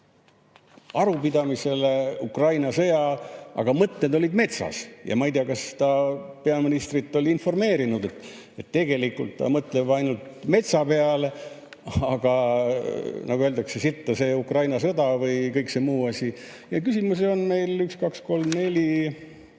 arupidamisele Ukraina sõja üle, aga mõtted olid metsas. Ja ma ei tea, kas ta peaministrit oli informeerinud, et tegelikult ta mõtleb ainult metsa peale, aga nagu öeldakse, sitta see Ukraina sõda või kõik see muu asi. Ja küsimusi on meil (Loendab.)